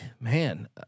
man